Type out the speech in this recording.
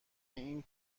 این